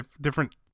different